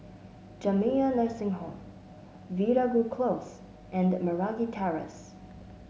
Jamiyah Nursing Home Veeragoo Close and Meragi Terrace